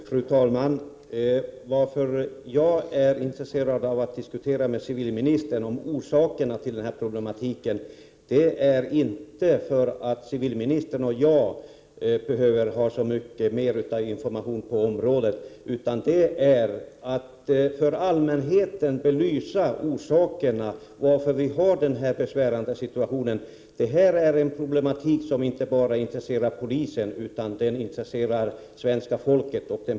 Fru talman! Orsaken till att jag är intresserad av att diskutera med civilministern om dessa problem är inte att civilministern och jag skulle behöva så mycket mer information på det här området, utan orsaken är att man behöver upplysa allmänheten om varför vi har den här besvärliga situationen. Problemen intresserar inte bara polisen utan hela svenska folket.